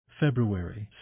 February